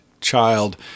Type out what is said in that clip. child